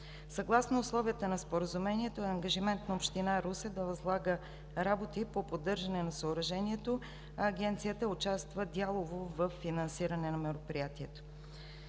Съгласно условията на споразумението е ангажимент на Община Русе да възлага работи по поддържане на съоръжението, а Агенцията участва дялово във финансиране на мероприятието.